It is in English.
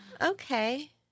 Okay